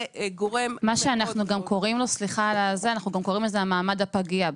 אנחנו גם קוראים לזה המעמד הפגיע בעצם.